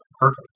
perfect